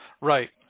Right